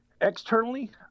externally